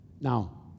Now